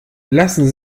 lassen